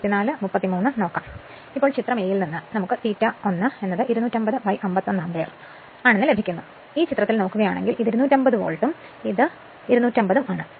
അതിനാൽ ഇപ്പോൾ ചിത്രം a യിൽ നിന്ന് നമുക്ക് ∅ 1 25051 ആമ്പിയർ ലഭിക്കുന്നു കാരണം ഈ ചിത്രത്തിൽ നോക്കുകയാണെങ്കിൽ ഇത് 250 വോൾട്ടും ഇത് 250 ഉം ആണ്